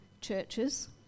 churches